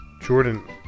Jordan